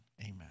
amen